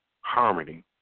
harmony